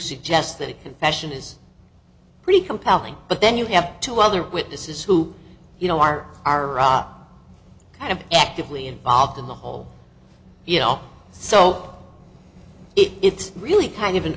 suggest that confession is pretty compelling but then you have two other witnesses who you know are kind of actively involved in the whole you know so it's really kind of an